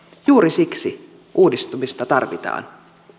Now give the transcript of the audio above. juuri siksi uudistumista tarvitaan